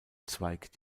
zweig